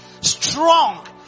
strong